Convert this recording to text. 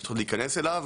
אסור להיכנס אליו.